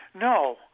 No